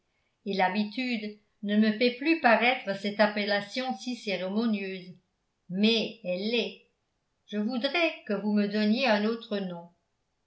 et l'habitude ne me fait plus paraître cette appellation si cérémonieuse mais elle l'est je voudrais que vous me donniez un autre nom